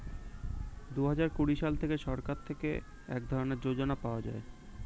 দুহাজার কুড়ি সাল থেকে সরকার থেকে এক ধরনের যোজনা পাওয়া যায়